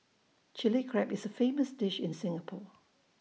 Chilli Crab is A famous dish in Singapore